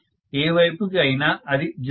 ఏ వైపుకి అయినా అది 0